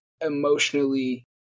emotionally